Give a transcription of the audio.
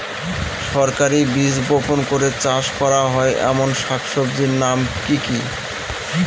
সরাসরি বীজ বপন করে চাষ করা হয় এমন শাকসবজির নাম কি কী?